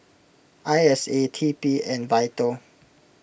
I S A T P and Vital